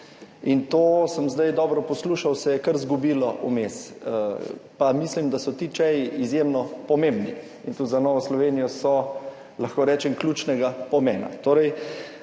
In to sem zdaj dobro poslušal, se je kar izgubilo, vmes, pa mislim, da so ti čaji izjemno pomembni in tudi za Novo Slovenijo so, lahko rečem, ključnega pomena.